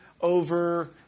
over